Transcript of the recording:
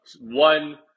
one